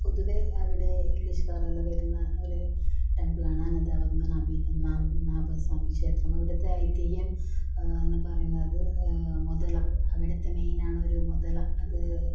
പൊതുവെ അവിടെ ഇംഗ്ലീഷ്കാർ എല്ലാ വരുന്ന ഒരു ടെമ്പിൾ ആണ് അനന്തപദ്മനാഭി പദ്മനാഭസ്വാമി ക്ഷേത്രം അവിടത്തെ ഐതിഹ്യം എന്നു പറയുന്നത് മുതല അവിടത്തെ മെയിനാണ് ഒര് മുതല അത്